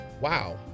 Wow